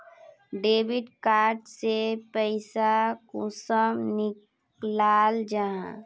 Debit card से पैसा कुंसम निकलाल जाहा?